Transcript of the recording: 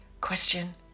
question